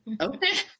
okay